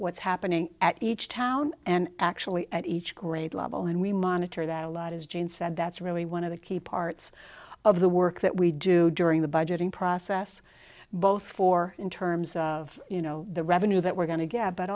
what's happening at each town and actually at each grade level and we monitor that a lot as jean said that's really one of the key parts of the work that we do during the budgeting process both for in terms of you know the revenue that we're going to get but